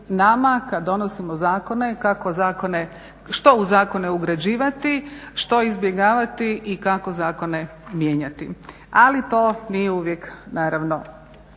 zakone kako zakone, što u zakone ugrađivati, što izbjegavati i kako zakone mijenjati. Ali to nije uvijek naravno